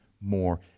more